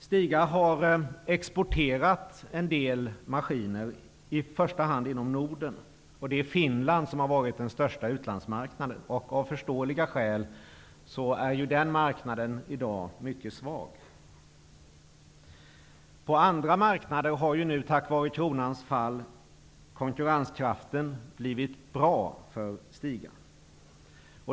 Stiga har exporterat en del maskiner -- i första hand inom Norden. Det är Finland som har varit den största utlandsmarknaden. Av förståeliga skäl är den marknaden i dag mycket svag. På andra marknader har konkurrenskraften nu, tack vare kronans fall, blivit bra för Stiga.